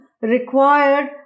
required